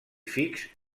fix